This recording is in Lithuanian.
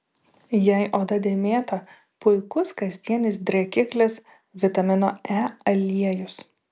jei oda dėmėta puikus kasdienis drėkiklis vitamino e aliejus